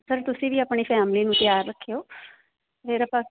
sir ਤੁਸੀਂ ਵੀ ਆਪਣੇ ਫੈਮਿਲੀ ਨੂੰ ਤਿਆਰ ਰੱਖਿਓ